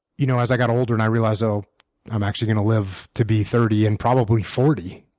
you know as i got older and i realized so i'm actually going to live to be thirty and probably forty,